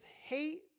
hate